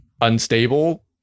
unstable